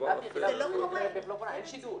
אין שידול.